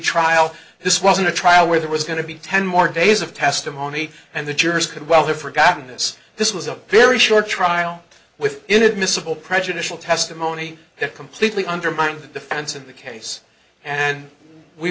trial this wasn't a trial where there was going to be ten more days of testimony and the jurors could well have forgotten this this was a very short trial with inadmissible prejudicial testimony that completely undermined the defense of the case and we